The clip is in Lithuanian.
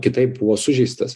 kitaip buvo sužeistas